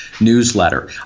newsletter